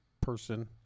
person